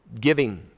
giving